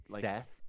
death